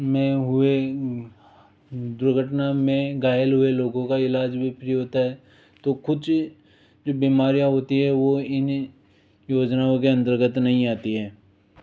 में हुए दुर्घटना में घायल हुए लोगों का इलाज भी फ्री होता है तो कुछ जो बीमारियाँ होती हैं वह इन्हीं योजनाओं के अंतर्गत नहीं आती हैं